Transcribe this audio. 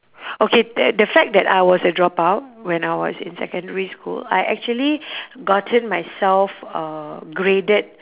okay uh the fact that I was a dropout when I was in secondary school I actually gotten myself uh graded